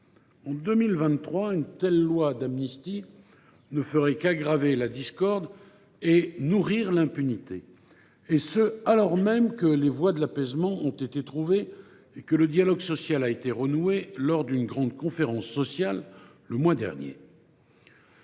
En 2023, une telle loi d’amnistie ne ferait qu’aggraver la discorde et nourrir l’impunité, alors même que les voies de l’apaisement ont été trouvées et que le dialogue social a été renoué lors d’une grande conférence sociale le mois dernier.